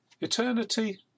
Eternity